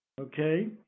Okay